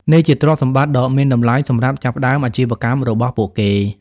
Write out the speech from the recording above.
នេះជាទ្រព្យសម្បត្តិដ៏មានតម្លៃសម្រាប់ចាប់ផ្តើមអាជីវកម្មរបស់ពួកគេ។